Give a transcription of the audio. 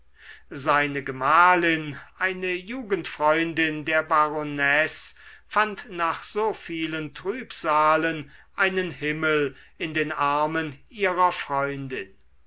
seine gemahlin eine jugendfreundin der baronesse fand nach so vielen trübsalen einen himmel in den armen ihrer freundin